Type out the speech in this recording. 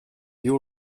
diu